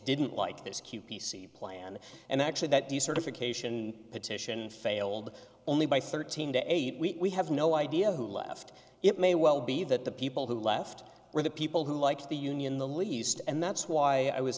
didn't like this q p c plan and actually that decertification petition failed only by thirteen to eight we have no idea who left it may well be that the people who left were the people who like the union the least and that's why i was